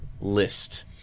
list